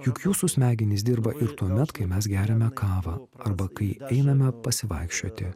juk jūsų smegenys dirba ir tuomet kai mes geriame kavą arba kai einame pasivaikščioti